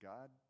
God